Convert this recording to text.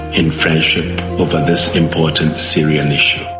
in friendship over this important syrian issue.